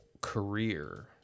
career